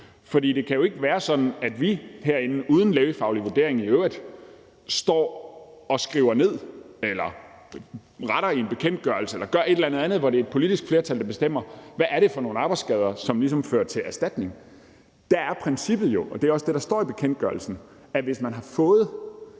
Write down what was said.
for det kan jo ikke være sådan, at vi herinde, i øvrigt uden lægefaglig vurdering, skriver noget ned, retter i en bekendtgørelse eller gør et eller andet andet, hvor det er et politisk flertal, der bestemmer, hvad for nogle arbejdsskader der ligesom fører til erstatning. Der er princippet jo, og det er også det, der står i bekendtgørelsen, at hvis man har fået